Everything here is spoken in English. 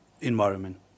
environment